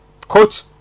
coach